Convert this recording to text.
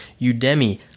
Udemy